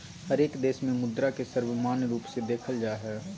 हरेक देश में मुद्रा के सर्वमान्य रूप से देखल जा हइ